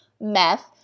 meth